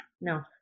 no